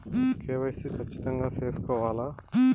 KYC ఖచ్చితంగా సేసుకోవాలా